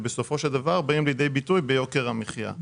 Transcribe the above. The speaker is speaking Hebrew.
ובסופו של דבר באים לידי ביטוי ביוקר המחייה.